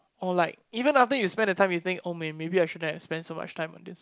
or like even after you spend a time you think oh man maybe I shouldn't have spend so much time on this